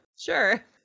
sure